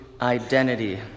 identity